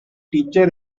teacher